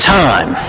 time